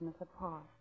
apart